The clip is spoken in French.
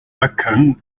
mccann